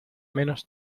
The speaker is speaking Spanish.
menos